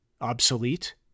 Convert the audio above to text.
Obsolete